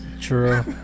True